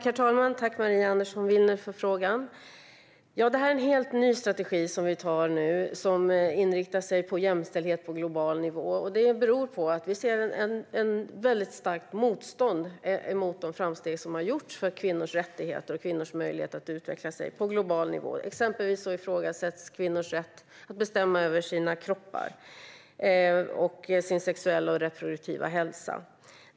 Herr talman! Jag tackar Maria Andersson Willner för frågan. Vi antar nu en helt ny strategi som inriktar sig på jämställdhet på global nivå. Det beror på att vi ser ett väldigt starkt motstånd mot de framsteg som har gjorts på global nivå för kvinnors rättigheter och kvinnors möjlighet att utveckla sig. Exempelvis ifrågasätts kvinnors rätt att bestämma över sina kroppar och sin sexuella och reproduktiva hälsa.